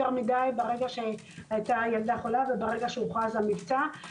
מדי ברגע שהיתה ילדה חולה וברגע שהוכרז על המבצע.